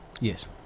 Yes